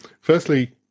Firstly